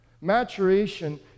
Maturation